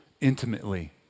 intimately